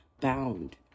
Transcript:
bound